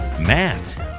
Matt